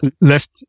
left